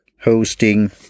hosting